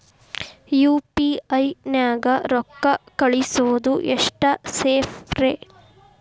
UPI ನ್ಯಾಗ ರೊಕ್ಕ ಕಳಿಸೋದು ಎಷ್ಟ ಸೇಫ್ ರೇ?